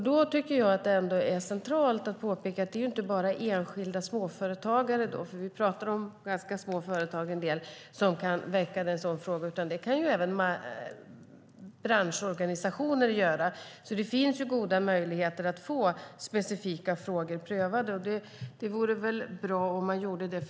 Då tycker jag att det är centralt att påpeka att det inte bara är enskilda småföretagare, eftersom vi pratar om ganska små företag, som kan väcka en sådan fråga. Det kan även branschorganisationer göra. Det finns goda möjligheter att få specifika frågor prövade, och det vore väl bra om man gjorde det.